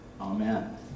amen